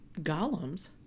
Golems